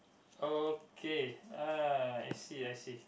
okay ah I see I see